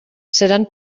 seran